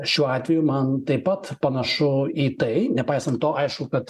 šiuo atveju man taip pat panašu į tai nepaisant to aišku kad